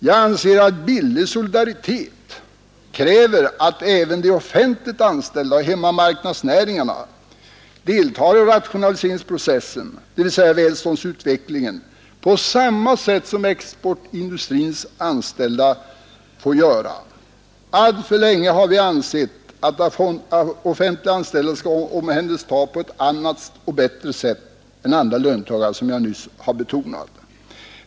Jag anser att billig solidaritet kräver att även de offentligt anställda och hemmamarknadsnäringarna deltar i rationaliseringsprocessen, dvs. i välståndsutvecklingen, på samma sätt som exportindustrins anställda får göra. Alltför länge har vi ansett att offentligt anställda skall omhändertas på ett annat och bättre sätt än andra löntagare, som jag nyss har betonat.